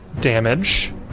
damage